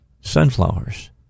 sunflowers